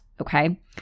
okay